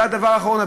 והדבר האחרון,